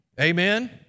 Amen